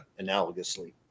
analogously